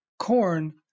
Corn